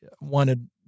wanted